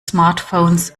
smartphones